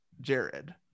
jared